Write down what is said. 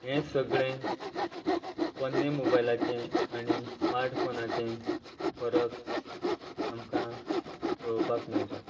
हे सगळें पोरने मोबायलाचे आनी स्मार्ट फोनाचे फरक आमकां पळोवपाक मेळटा